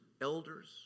elders